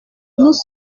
nous